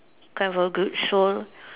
kind of a good soul